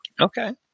Okay